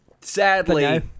Sadly